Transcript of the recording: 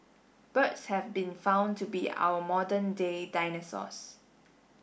birds have been found to be our modern day dinosaurs